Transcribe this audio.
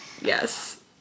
yes